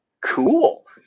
Cool